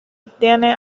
obtiene